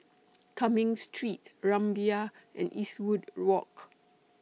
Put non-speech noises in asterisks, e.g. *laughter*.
*noise* Cumming Street Rumbia and Eastwood Walk